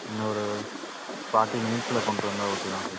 என்ன ஒரு ஃபார்ட்டி மினிட்ஸில் கொண்ட்டு வந்தால் ஓகே தான் சார்